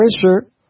pressure